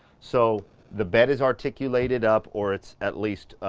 so the bed is articulated up or it's at least